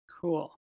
Cool